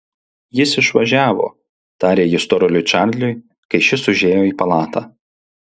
jis išvažiavo tarė ji storuliui čarliui kai šis užėjo į palatą